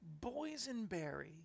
Boysenberry